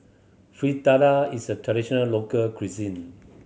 fritada is a traditional local cuisine